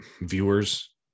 viewers